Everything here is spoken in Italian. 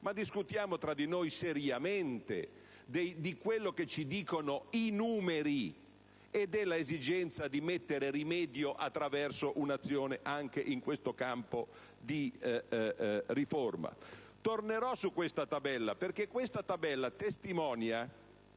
ma discutiamo tra di noi, seriamente, di quello che ci dicono i numeri e dell'esigenza di porre rimedio attraverso un'azione, anche in questo campo, di riforma. Tornerò su questa tabella, perché testimonia,